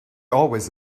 always